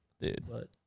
Dude